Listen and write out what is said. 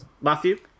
Matthew